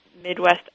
Midwest